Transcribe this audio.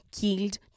killed